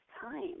time